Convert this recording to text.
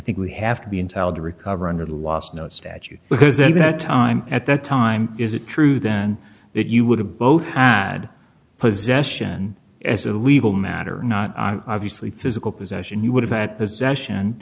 think we have to be entitled to recover under the last note statute because in that time at that time is it true then that you would have both had possession as a legal matter not obviously physical possession you would have possession